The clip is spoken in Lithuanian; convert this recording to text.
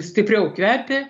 stipriau kvepia